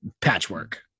patchwork